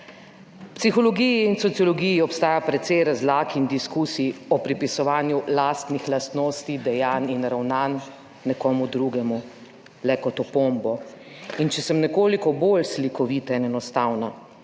V psihologiji in sociologiji obstaja precej razlag in diskusij o pripisovanju lastnih lastnosti, dejanj in ravnanj nekomu drugemu - le kot opombo. In če sem nekoliko bolj slikovita in enostavna,